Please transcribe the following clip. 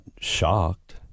shocked